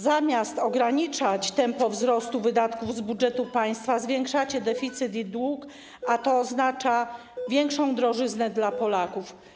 Zamiast ograniczać tempo wzrostu wydatków z budżetu państwa, zwiększacie deficyt i dług, a to oznacza większą drożyznę dla Polaków.